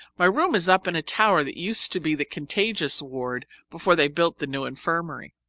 my room is up in a tower that used to be the contagious ward before they built the new infirmary.